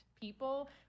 people